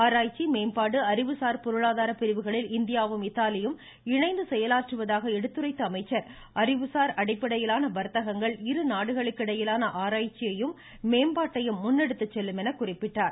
ஆராய்ச்சி மேம்பாடு அறிவுசார் பொருளாதார பிரிவுகளில் இந்தியாவும் இத்தாலியும் இணைந்து செயலாற்றுவதாக எடுத்துரைத்த அமைச்சர் அறிவுசார் அடிப்படையிலான வர்த்தகங்கள் இரு நாடுகளுக்கு இடையேயான ஆராய்ச்சியையும் மேம்பாட்டையும் முன்னெடுத்துச்செல்லும் என்று குறிப்பிட்டார்